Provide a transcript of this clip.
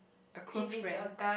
a close friend